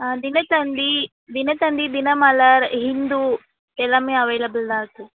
ஆ தினத்தந்தி தினத்தந்தி தினமலர் ஹிந்து எல்லாம் அவைளபுல் தான் இருக்குது